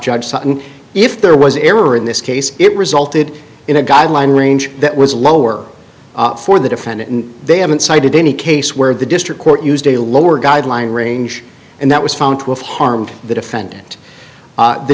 judge sutton if there was error in this case it resulted in a guideline range that was lower for the defendant and they haven't cited any case where the district court used a lower guideline range and that was found to have harmed the defendant